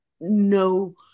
no